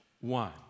one